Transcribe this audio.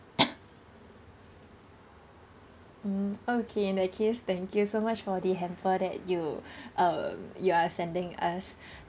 mm okay in that case thank you so much for the hamper that you um you are sending us